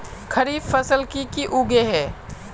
खरीफ फसल की की उगैहे?